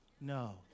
No